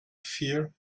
fear